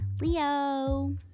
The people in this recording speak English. Leo